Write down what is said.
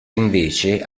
invece